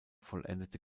vollendete